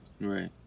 right